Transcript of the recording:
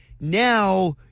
now